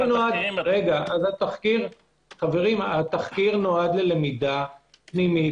התחקיר נועד ללמידה פנימית,